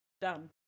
done